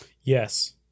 Yes